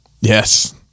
yes